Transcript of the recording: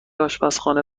آشپزخانه